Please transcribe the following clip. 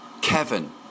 Kevin